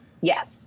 yes